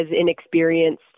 inexperienced